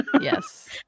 Yes